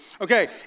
Okay